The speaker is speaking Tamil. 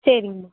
சரிங்கம்மா